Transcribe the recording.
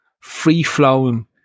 free-flowing